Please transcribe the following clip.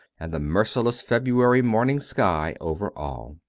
and the merciless february morning sky over all.